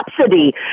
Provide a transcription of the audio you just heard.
subsidy